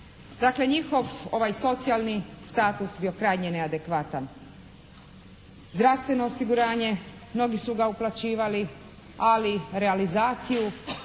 Dakle, njihov ovaj socijalni status je bio krajnje neadekvatan. Zdravstveno osiguranje, mnogi su ga uplaćivali. Ali realizaciju